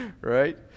Right